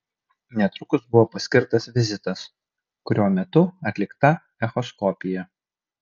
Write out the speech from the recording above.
netrukus buvo paskirtas vizitas kurio metu atlikta echoskopija